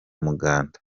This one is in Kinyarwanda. umuganda